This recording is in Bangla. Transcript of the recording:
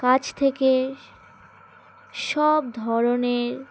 কাছ থেকে সব ধরনের